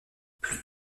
plus